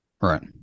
Right